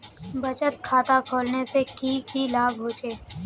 बचत खाता खोलने से की की लाभ होचे?